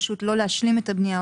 של פשוט לא להשלים את הבנייה,